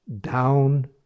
down